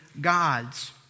gods